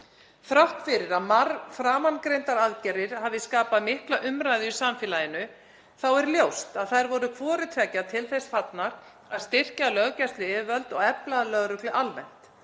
Þrátt fyrir að framangreindar aðgerðir hafi skapað mikla umræðu í samfélaginu er ljóst að þær voru hvoru tveggja til þess fallnar að styrkja löggæsluyfirvöld og efla lögreglu almennt.